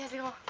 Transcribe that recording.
you